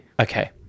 Okay